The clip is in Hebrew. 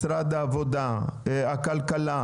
משרד העבודה, הכלכלה